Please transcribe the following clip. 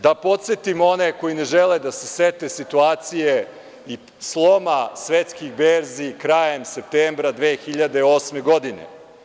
Da podsetimo one koji ne žele da se sete situacije i sloma svetskih berzi krajem septembra 2008. godine.